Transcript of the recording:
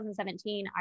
2017